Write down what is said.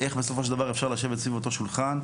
איך בסופו של דבר אפשר לשבת סביב אותו שולחן,